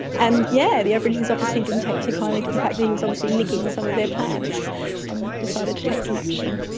and yes, yeah the aborigines obviously didn't take too kindly to the fact that he was obviously nicking some of their plants and decided to take some action.